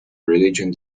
religion